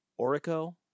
Orico